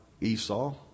Esau